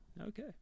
Okay